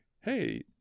hey